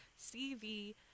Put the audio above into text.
cv